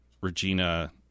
Regina